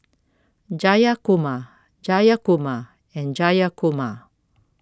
Jayakumar Jayakumar and Jayakumar